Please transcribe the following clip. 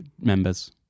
members